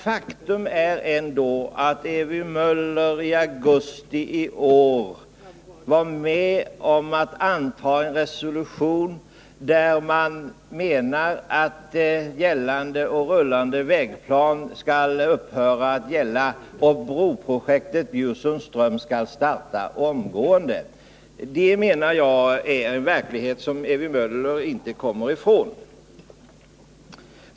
Faktum är nämligen att Ewy Möller i augusti i år var med om att anta en resolution, i vilken man säger att rullande vägplan skall upphöra att gälla och att broprojektet vid Bjursundsström skall startas omgående. Det menar jag är en verklighet som Ewy Möller inte kommer ifrån.